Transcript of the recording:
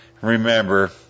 Remember